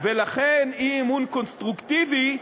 ולכן אי-אמון קונסטרוקטיבי,